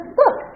look